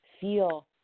feel